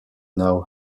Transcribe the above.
now